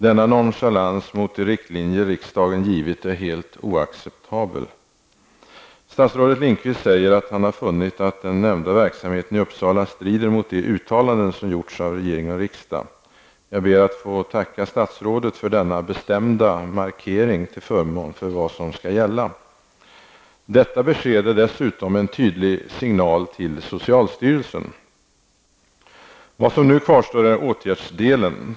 Denna nonchalans mot de riktlinjer riksdagen givit är helt oacceptabel! Statsrådet Lindqvist säger att han har funnit att den nämnda verksamheten i Uppsala strider mot de uttalanden som gjorts av regering och riksdag. Jag ber att få tacka statsrådet för denna bestämda markering till förmån för vad som skall gälla. Detta besked är dessutom en tydlig signal till socialstyrelsen. Vad som nu kvarstår är åtgärdsdelen.